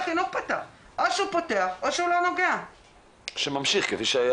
אני מעסיקה 80 נשים.